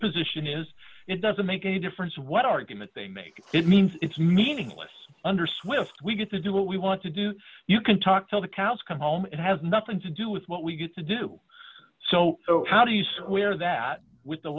position is it doesn't make any difference what argument they make it means it's meaningless under swift we get to do what we want to do you can talk till the cows come home it has nothing to do with what we get to do so how do you square that with the